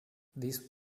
these